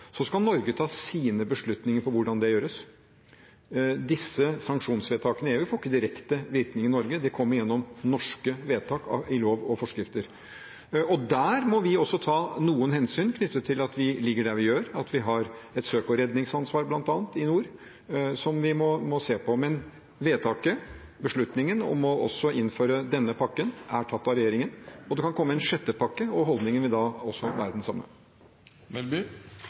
Så skal Norge ta sine beslutninger om hvordan det gjøres. Disse sanksjonsvedtakene i EU får ikke direkte virkning i Norge, det kommer gjennom norske vedtak, i lov og forskrifter, og der må vi også ta noen hensyn knyttet til at vi ligger der vi gjør, og at vi har et søk- og redningsansvar bl.a. i nord som vi må se på. Men vedtaket, beslutningen, om også å innføre denne pakken er tatt av regjeringen. Og det kan komme en sjette pakke, og holdningen vil da også